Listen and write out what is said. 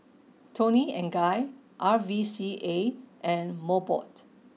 Toni and Guy R V C A and Mobot